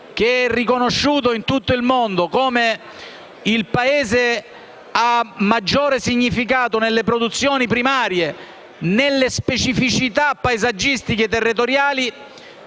riconosciuto in tutto il mondo come Paese a maggior significato nelle produzioni primarie e nelle specificità paesaggistiche territoriali,